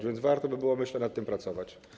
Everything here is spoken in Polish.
A więc warto by było, myślę, nad tym pracować.